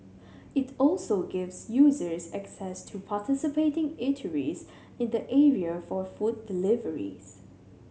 it also gives users access to participating eateries in the area for food deliveries